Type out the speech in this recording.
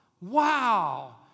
wow